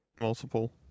Multiple